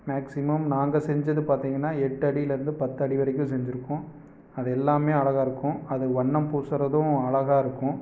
maximum நாங்கள் செஞ்சது பார்த்தீங்கனா எட்டடிலிருந்து பத்தடி வரைக்கும் செஞ்சுருக்கோம் அது எல்லாமே அழகா இருக்கும் அது வண்ணம் பூசுகிறதும் அழகா இருக்கும்